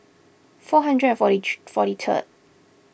four hundred and forty three forty third